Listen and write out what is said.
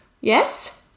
Yes